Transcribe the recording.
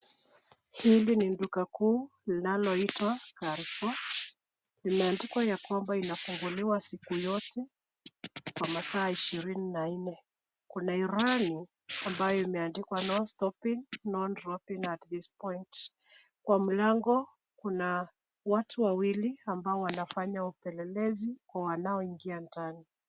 Hili ni duka kuu linaloitwa Carrefour . Limeandikwa ya kwamba linafunguliwa siku yote kwa masaa ishirini na nne. Kuna irani ambayo imeandikwa no stopping , no dropping at this point . Kwa mlango kuna watu wawili ambao wanafanya upelelezi kwa wanao ingia ndani.